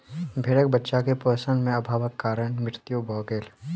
भेड़क बच्चा के पोषण में अभावक कारण मृत्यु भ गेल